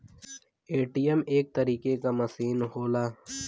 ATM एक तरीके क मसीन होला